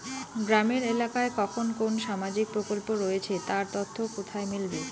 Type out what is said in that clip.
গ্রামের এলাকায় কখন কোন সামাজিক প্রকল্প রয়েছে তার তথ্য কোথায় মিলবে?